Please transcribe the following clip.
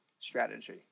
strategy